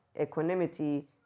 equanimity